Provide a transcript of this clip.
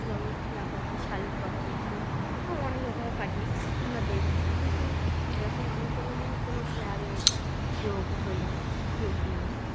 যেমন টিয়া পাখি শালিক পাখি কোনও অনেক রকমের পাখি আমরা দেখেছি কিন্তু এরকম আমি কোনো দিন কোনো ক্লাবে যোগ হইনি যোগ দিই নি